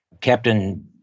Captain